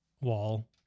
wall